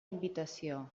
invitació